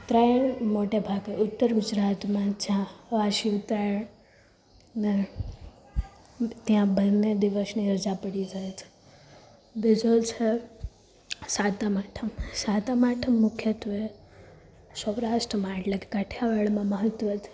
ઉત્તરાયણ મોટેભાગે ઉત્તર ગુજરાતમાં જ્યાં વાસી ઉતરાયણના ત્યાં બંને દિવસની રજા પડી જાય છે બીજું છે સાતમ આઠમ સાતમ આઠમ મુખ્યત્વે સૌરાષ્ટ્રમાં એટલે કે કાઠિયાવાડમાં મહત્વ છે